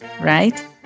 right